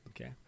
Okay